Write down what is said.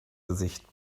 gesicht